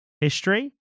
history